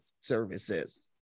services